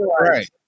Right